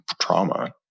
trauma